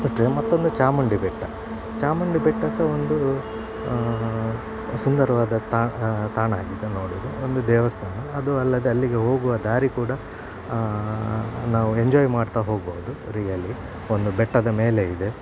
ಬಿಟ್ಟರೆ ಮತ್ತೊಂದು ಚಾಮುಂಡಿ ಬೆಟ್ಟ ಚಾಮುಂಡಿ ಬೆಟ್ಟ ಸಹ ಒಂದು ಸುಂದರವಾದ ತಾ ತಾಣ ಆಗಿದೆ ನೋಡಲು ಒಂದು ದೇವಸ್ಥಾನ ಅದೂ ಅಲ್ಲದೆ ಅಲ್ಲಿಗೆ ಹೋಗುವ ದಾರಿ ಕೂಡ ನಾವು ಎಂಜಾಯ್ ಮಾಡ್ತಾ ಹೋಗಬಹುದು ರಿಯಲ್ಲಿ ಒಂದು ಬೆಟ್ಟದ ಮೇಲೆ ಇದೆ